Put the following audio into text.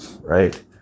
right